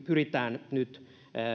pyritään nyt